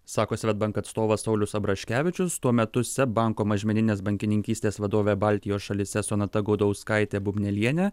sako swedbank atstovas saulius abraškevičius tuo metu seb banko mažmeninės bankininkystės vadovė baltijos šalyse sonata gudauskaitė bubnelienė